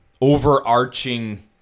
overarching